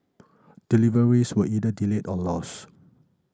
deliveries were either delayed or lost